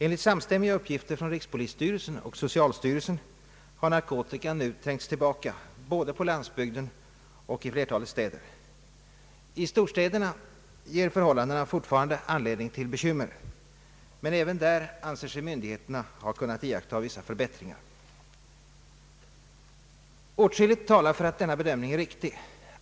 Enligt samstämmiga uppgifter från rikspolisstyrelsen och socialstyrelsen har narkotikan nu trängts tillbaka både på landsbygden och i flertalet städer. I storstäderna ger förhållandena fortfarande anledning till bekymmer, men även där anser sig myndigheterna ha kunnat iaktta vissa förbättringar. Åtskilligt talar för att denna bedömning är riktig.